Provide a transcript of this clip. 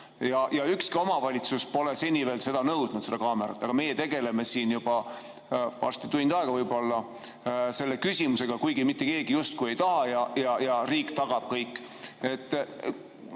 ja ükski omavalitsus pole seni veel nõudnud seda kaamerat. Aga meie tegeleme siin varsti juba tund aega selle küsimusega, kuigi mitte keegi justkui ei taha ja riik tagab kõik.